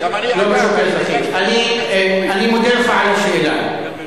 לא בשוק האזרחי, אני מודה לך על השאלה.